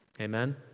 Amen